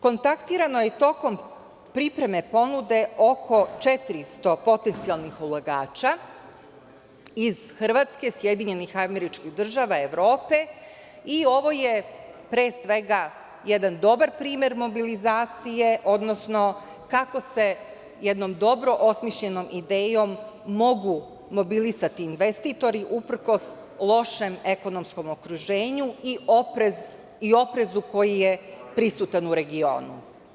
Kontaktirano je tokom pripreme ponude oko 400 potencijalnih ulagača iz Hrvatske, SAD, Evrope i ovo je, pre svega, jedan dobar primer mobilizacije, odnosno kako se jednom dobro osmišljenom idejom mogu mobilisati investitori, uprkos lošem ekonomskom okruženju i oprezu koji je prisutan u regionu.